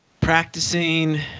practicing